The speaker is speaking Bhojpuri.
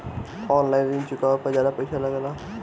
आन लाईन ऋण चुकावे पर ज्यादा पईसा लगेला?